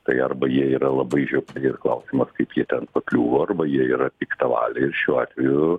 tai arba jie yra labai žiopli ir klausimas kaip jie ten pakliuvo arba jie yra piktavaliai ir šiuo atveju